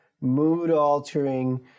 mood-altering